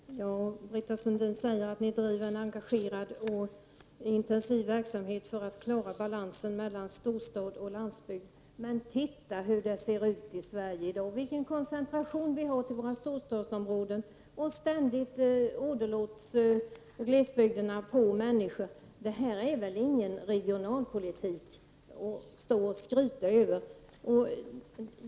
Fru talman! Britt Sundin sade att det drivs en engagerad och intensiv verksamhet för att klara balansen mellan storstad och landsbygd. Men titta på hur det ser ut i Sverige i dag! Se vilken koncentration vi har till storstadsområdena och hur glesbygderna ständigt åderlåts på människor! Det är väl ingen regionalpolitik att stå och skryta över.